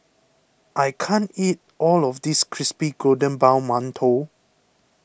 I can't eat all of this Crispy Golden Brown Mantou